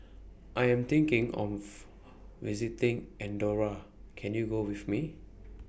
I Am thinking of visiting Andorra Can YOU Go with Me